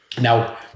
now